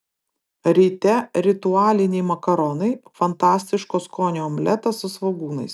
ryte ritualiniai makaronai fantastiško skonio omletas su svogūnais